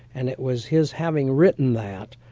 and it was his having written that,